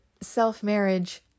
self-marriage